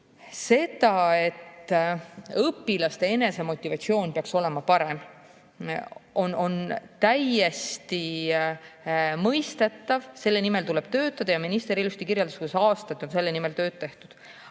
See, et õpilaste enesemotivatsioon peaks olema parem, on täiesti mõistetav, selle nimel tuleb töötada. Minister kirjeldas ilusti, kuidas aastaid on selle nimel tööd tehtud.